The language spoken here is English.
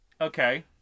Okay